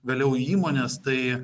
vėliau įmonės tai